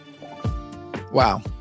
Wow